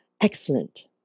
Excellent